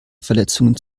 verletzungen